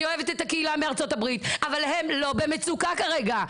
אני אוהבת את הקהילה מארצות הברית אבל הם לא במצוקה כרגע.